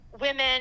women